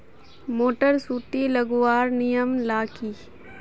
Motor सुटी लगवार नियम ला की?